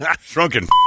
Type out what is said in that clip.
Shrunken